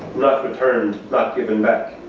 not returned, not given back.